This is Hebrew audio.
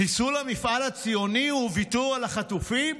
חיסול המפעל הציוני מול ויתור על החטופים?